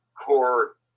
core